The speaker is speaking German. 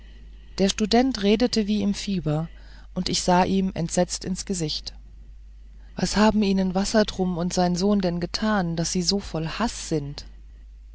der student redete wie im fieber und ich sah ihm entsetzt ins gesicht was haben ihnen wassertrum und sein sohn denn getan daß sie so voll haß sind